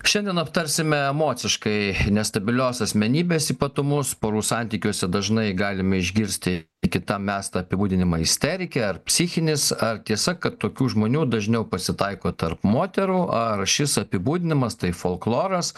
šiandien aptarsime emociškai nestabilios asmenybės ypatumus porų santykiuose dažnai galime išgirsti kitam mestą apibūdinimą isterikė ar psichinis ar tiesa kad tokių žmonių dažniau pasitaiko tarp moterų ar šis apibūdinimas tai folkloras